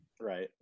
Right